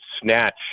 snatch